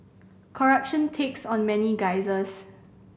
corruption takes on many guises